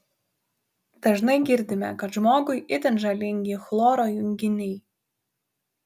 dažnai girdime kad žmogui itin žalingi chloro junginiai